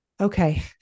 okay